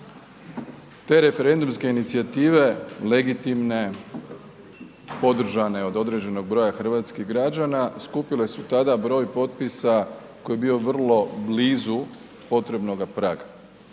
Te referendumske inicijative, legitimne, podržane od određenog broja hrvatskih građana, skupile su tada broj potpisa koji je bio vrlo blizu potrebnoga praga,